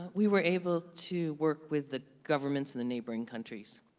we were able to work with the governments and the neighboring countries,